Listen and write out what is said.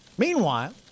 Meanwhile